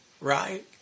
Right